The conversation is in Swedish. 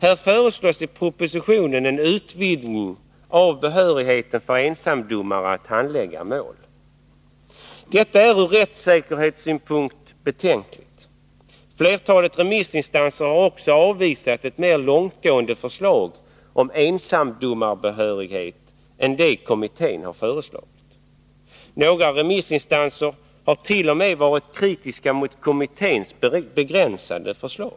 Här föreslås i propositionen en utvidgning av behörigheten för ensamdomare att handlägga mål. Från rättssäkerhetssynpunkt är detta betänkligt. Flertalet remissinstanser har också avvisat ett mer långtgående förslag om ensamdomarbehörigheten än det som kommittén har föreslagit. Några remissinstanser hart.o.m. varit kritiska mot kommitténs begränsade förslag.